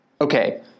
Okay